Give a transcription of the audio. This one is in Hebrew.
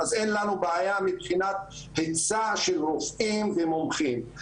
אז אין לנו בעיה מבחינת היצע של רופאים ומומחים.